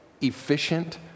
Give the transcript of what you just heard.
efficient